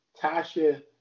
Tasha